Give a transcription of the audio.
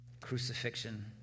crucifixion